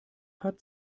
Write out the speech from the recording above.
hat